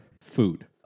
food